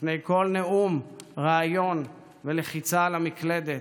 לפני כל נאום, ריאיון ולחיצה על המקלדת,